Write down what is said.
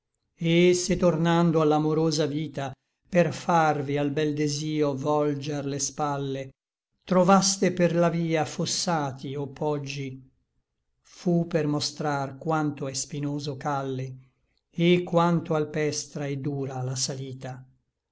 et se tornando a l'amorosa vita per farvi al bel desio volger le spalle trovaste per la via fossati o poggi fu per mostrar quanto è spinoso calle et quanto alpestra et dura la salita